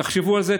תחשבו על זה.